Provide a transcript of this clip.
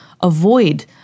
avoid